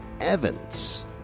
Evans